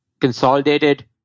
consolidated